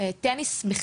טניס למשל,